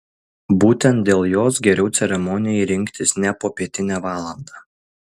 būtent dėl jos geriau ceremonijai rinktis ne popietinę valandą